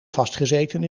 vastgezeten